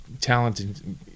talented